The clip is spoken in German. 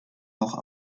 auch